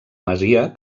masia